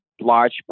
large